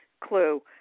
clue